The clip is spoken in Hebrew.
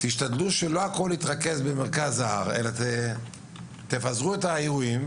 תשתדלו שלא הכול יתרכז במרכז ההר אלא תפזרו את האירועים.